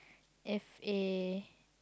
F A